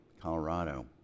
Colorado